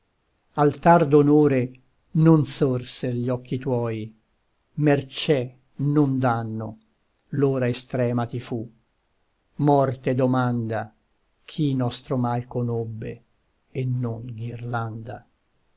al tardo onore non sorser gli occhi tuoi mercè non danno l'ora estrema ti fu morte domanda chi nostro mal conobbe e non ghirlanda